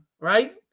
right